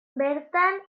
bertan